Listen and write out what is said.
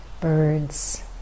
birds